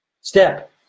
Step